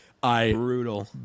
Brutal